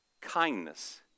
Kindness